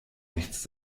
nichts